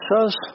says